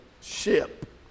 ship